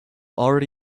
already